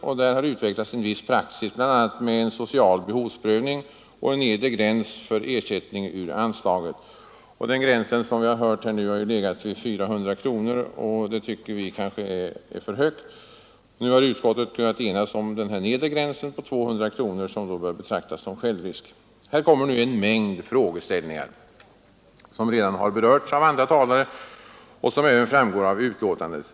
Det har utvecklats en viss praxis, bl.a. med en social behovsprövning och en nedre gräns för ersättning ur anslaget. Den gränsen har, som vi nu har hört, legat vid 300 kronor, och det tycker vi är för högt. Nu har utskottet kunnat enas om en nedre gräns på 200 kronor, som bör betraktas som självrisk. Här kommer nu en mängd frågeställningar, som redan har berörts av andra talare och som även framgår av betänkandet.